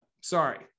sorry